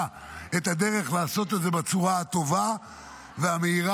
את הדרך לעשות את זה בצורה הטובה והמהירה,